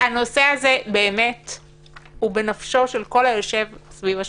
הנושא הזה הוא בנפשו של כל היושב סביב השולחן.